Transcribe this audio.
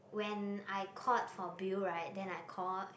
when I called for bill right then I call